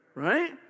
Right